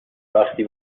وقتی